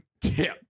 tip